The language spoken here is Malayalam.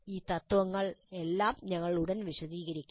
ഈ തത്വങ്ങളെല്ലാം ഞങ്ങൾ ഉടൻ വിശദീകരിക്കും